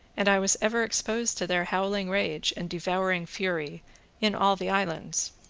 and i was ever exposed to their howling rage and devouring fury in all the islands.